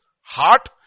heart